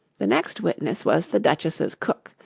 the next witness was the duchess's cook.